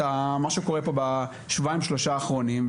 מה שקורה פה בשבועיים-שלושה האחרונים,